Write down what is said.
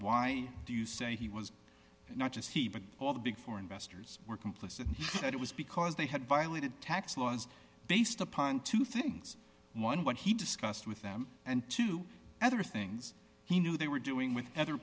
why do you say he was not just he but all the big four investors were complicit in that it was because they had violated tax laws based upon two things one what he discussed with them and two other things he knew they were doing with other